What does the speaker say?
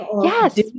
Yes